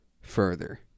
further